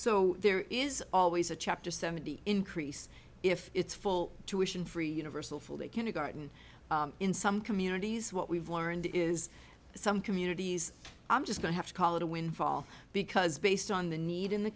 so there is always a chapter seventy increase if it's full tuition free universal full day kindergarten in some communities what we've learned is some communities i'm just going to have to call it a windfall because based on the need in the